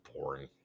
Boring